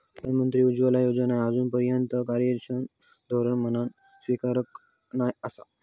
प्रधानमंत्री उज्ज्वला योजना आजूनपर्यात कार्यक्षम धोरण म्हणान स्वीकारूक नाय आसा